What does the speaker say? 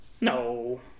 No